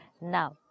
Now